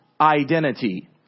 identity